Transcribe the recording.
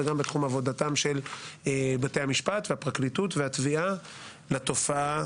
וגם בתחום עבודתם של בתי המשפט והפרקליטות והתביעה לתופעה